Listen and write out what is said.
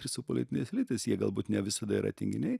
ir su politiniais elitais jie galbūt ne visada yra tinginiai